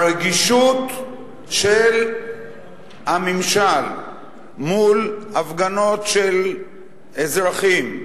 הרגישות של הממשל מול הפגנות של אזרחים,